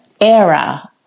era